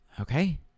okay